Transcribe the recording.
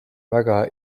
väga